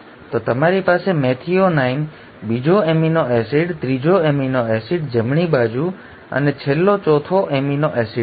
તો તમારી પાસે મેથિયોનાઇન બીજો એમિનો એસિડ ત્રીજો એમિનો એસિડ જમણી બાજુ અને છેલ્લો ચોથો એમિનો એસિડ છે